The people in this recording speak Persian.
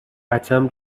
بچم